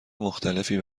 مختلفی